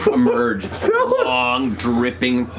emerge, its long dripping,